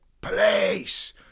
police